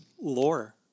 Lore